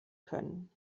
können